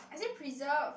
I say preserve